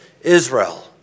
Israel